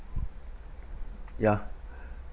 ya